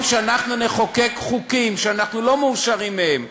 שנחוקק חוקים שאנחנו לא מאושרים מהם,